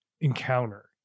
encounter